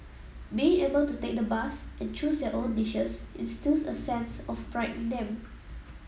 being able to take the bus and choose their own dishes instills a sense of pride in them